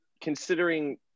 considering